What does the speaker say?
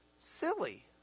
silly